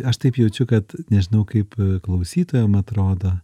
aš taip jaučiu kad nežinau kaip klausytojam atrodo